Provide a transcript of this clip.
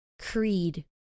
Creed